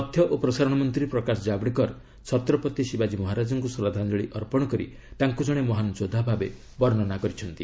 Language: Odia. ତଥ୍ୟ ଓ ପ୍ରସାରଣ ମନ୍ତ୍ରୀ ପ୍ରକାଶ କାବଡେକର ଛତ୍ରପତି ଶିବାଜୀ ମହାରାଜଙ୍କୁ ଶ୍ରଦ୍ଧାଞ୍ଜଳି ଅର୍ପଣ କରି ତାଙ୍କୁ ଜଣେ ମହାନ ଯୋଦ୍ଧା ଭାବେ ବର୍ଣ୍ଣନା କରିଛନ୍ତି